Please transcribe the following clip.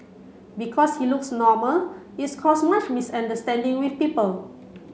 because he looks normal it's caused much misunderstanding with people